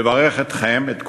לברך אתכם, את כולכם,